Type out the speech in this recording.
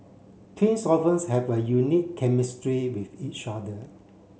twins often have a unique chemistry with each other